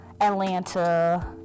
Atlanta